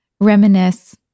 reminisce